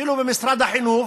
אפילו במשרד החינוך,